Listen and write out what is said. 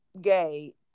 gay